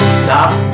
stop